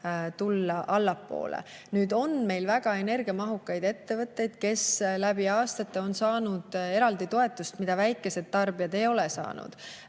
tulla allapoole. Nüüd, on meil väga energiamahukaid ettevõtteid, kes läbi aastate on saanud eraldi toetust, mida väikesed tarbijad ei ole saanud.